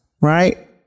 right